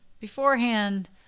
beforehand